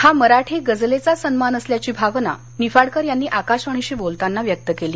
हा मराठी गझलेचा सन्मान असल्याची भावना निफाडकर यांनी आकाशवाणीशी बोलताना व्यक्त केली